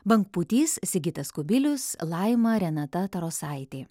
bangpūtys sigitas kubilius laima renata tarosaitė